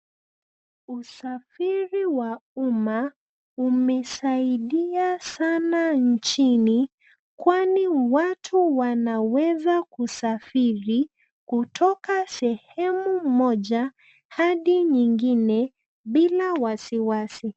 Usafiri wa umma, umesaidia sana nchini, kwani watu wanaweza kusafiri, kutoka sehemu moja ,hadi nyingine, bila wasiwasi.